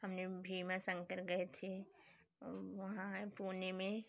हमने भीमाशंकर गए थे वहाँ है पूने में